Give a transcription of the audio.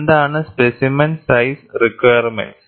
എന്താണ് specimen size requirements